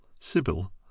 Sibyl